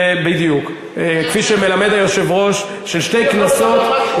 כפי שמלמד היושב-ראש של שתי כנסות,